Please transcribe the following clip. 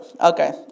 Okay